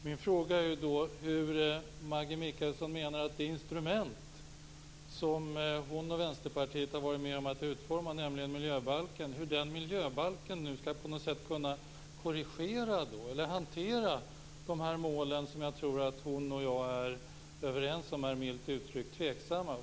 Min fråga är då hur Maggi Mikaelsson menar att det instrument som hon och Vänsterpartiet har varit med om att utforma, nämligen miljöbalken, på något sätt skall kunna hantera de mål som jag tror att hon och jag är överens om är milt sagt tveksamma.